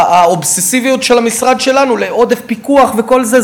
האובססיביות של המשרד שלנו לעודף פיקוח וכל זה.